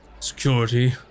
Security